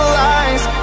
lies